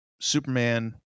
Superman